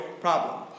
problem